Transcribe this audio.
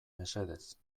mesedez